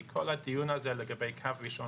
מפרגנת לך מאחורי הקלעים.